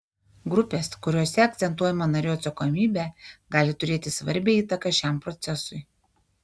grupės kuriose akcentuojama narių atsakomybė gali turėti svarbią įtaką šiam procesui